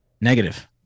Negative